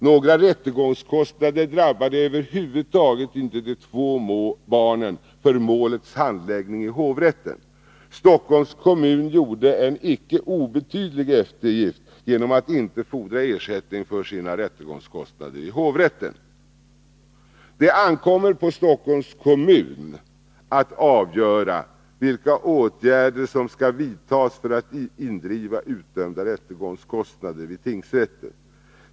Några rättegångskostnader över huvud taget drabbade sålunda inte de två barnen för målets handläggning i hovrätten. Stockholms kommun gjorde en icke obetydlig eftergift genom att inte fordra ersättning för sina rättegångskostnader i hovrätten. Det ankommer på Stockholms kommun att avgöra vilka åtgärder som skall vidtas för att indriva utdömda rättegångskostnader vid tingsrätten.